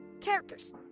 characters